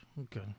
Okay